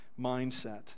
mindset